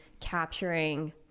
capturing